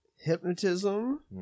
hypnotism